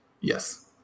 Yes